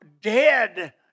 dead